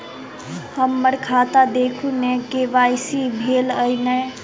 हम्मर खाता देखू नै के.वाई.सी भेल अई नै?